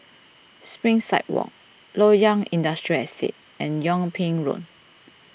Springside Walk Loyang Industrial Estate and Yung Ping Road